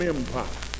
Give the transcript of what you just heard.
Empire